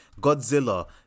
Godzilla